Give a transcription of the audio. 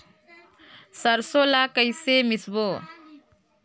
सरसो ला कइसे मिसबो?